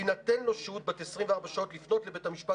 תינתן לו שהות בת 24 שעות לפנות לבית המשפט